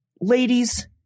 ladies